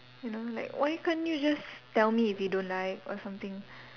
you know like why can't you just tell me if you don't like or something